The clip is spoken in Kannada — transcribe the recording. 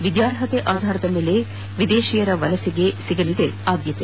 ವಿದ್ಯಾರ್ಹತೆ ಆಧಾರದ ಮೇಲೆ ವಿದೇಶೀಯರ ವಲಸೆಗೆ ಸಿಗಲಿದೆ ಆಧ್ಯತೆ